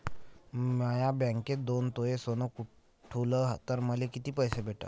म्या बँकेत दोन तोळे सोनं ठुलं तर मले किती पैसे भेटन